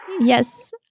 Yes